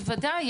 בוודאי,